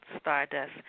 Stardust